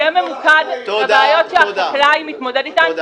יהיה --- לבעיות שהחקלאי מתמודד איתן -- תודה.